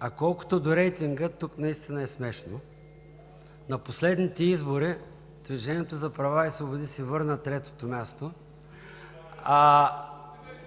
А колкото до рейтинга, тук наистина е смешно. На последните избори „Движението за права и свободи“ си върна третото място